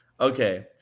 Okay